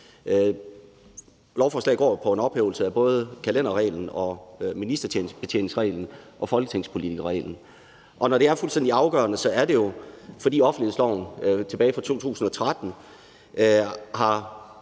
Lovforslaget drejer sig om en ophævelse af både kalenderreglen, ministerbetjeningsreglen og folketingspolitikerreglen. Når det er fuldstændig afgørende, er det jo, fordi offentlighedsloven fra 2013 har